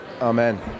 Amen